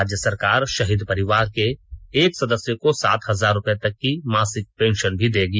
राज्य सरकार शहीद परिवार के एक सदस्य को सात हजार रुपए तक की मासिक पेंशन भी देगी